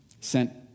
Sent